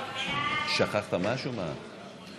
אנחנו מצביעים על הצעת חוק הרשויות המקומיות (בחירות)